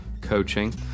coaching